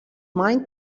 mind